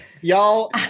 Y'all